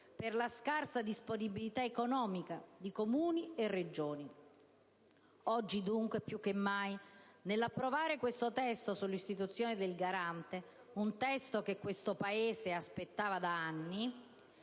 per la scarsa disponibilità economica di Comuni e Regioni. Oggi dunque più che mai nell'approvare questo testo sull'istituzione del Garante per l'infanzia (un testo che da anni